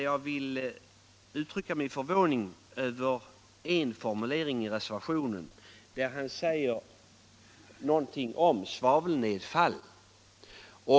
Jag vill uttrycka min förvåning över en formulering i reservationen där han säger någonting om svavelnedfall.